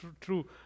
true